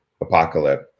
apocalypse